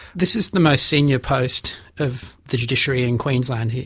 this is the most senior post of the judiciary in queensland.